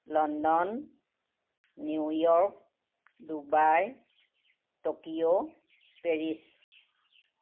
London New York Dubai Tokyo Paris